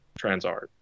Transart